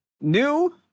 New